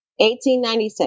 1896